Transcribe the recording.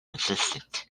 existent